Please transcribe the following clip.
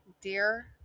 Dear